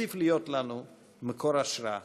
תוסיף להיות לנו מקור השראה.